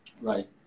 right